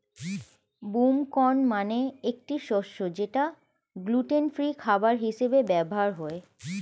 broom corn মানে একটি শস্য যেটা গ্লুটেন ফ্রি খাবার হিসেবে ব্যবহার হয়